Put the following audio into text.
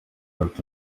ati